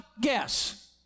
guess